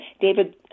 David